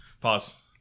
Pause